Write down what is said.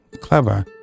clever